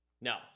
No